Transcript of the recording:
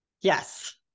Yes